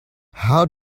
how